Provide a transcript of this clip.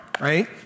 right